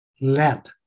let